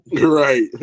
Right